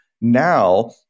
now